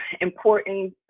Important